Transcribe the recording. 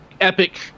epic